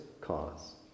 cause